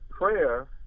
prayer